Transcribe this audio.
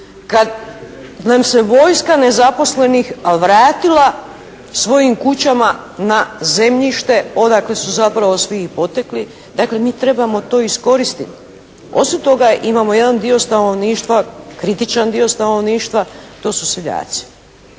kad nam se vojska nezaposlenih vratila svojim kućama na zemljište odakle su zapravo svi i potekli, dakle mi trebamo to iskoristit. Osim toga imamo jedan dio stanovništva, kritičan dio stanovništva, to su seljaci.